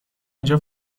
اینجا